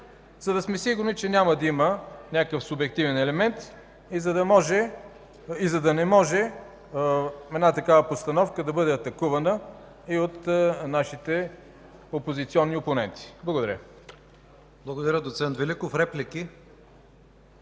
за да сме сигурни, че няма да има някакъв субективен елемент и за да не може една такава постановка да бъде атакувана и от нашите опозиционни опоненти. Благодаря. ПРЕДСЕДАТЕЛ ИВАН К.